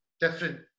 different